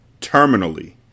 terminally